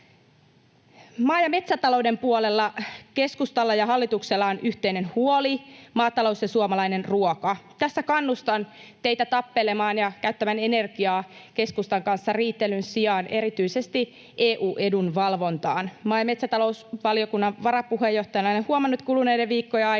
Maa- ja metsätalouden puolella keskustalla ja hallituksella on yhteinen huoli: maatalous ja suomalainen ruoka. Tässä kannustan teitä tappelemaan ja käyttämään energiaa keskustan kanssa riitelyn sijaan erityisesti EU-edunvalvontaan. Maa- ja metsätalousvaliokunnan varapuheenjohtajana olen huomannut kuluneiden viikkojen aikana,